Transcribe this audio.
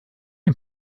dem